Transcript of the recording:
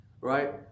right